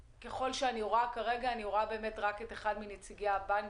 וכרגע אני רואה פה רק את אחד מנציגי הבנקים.